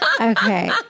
Okay